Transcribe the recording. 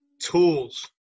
tools